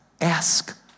ask